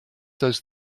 does